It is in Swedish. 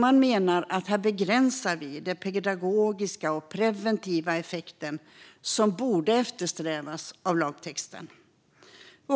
Man menar att vi här begränsar den pedagogiska och preventiva effekt av lagtexten som borde eftersträvas.